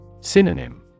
Synonym